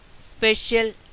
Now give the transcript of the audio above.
special